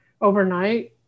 overnight